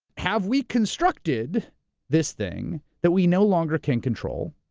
have we constructed this thing that we no longer can control,